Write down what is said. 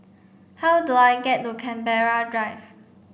how do I get to Canberra Drive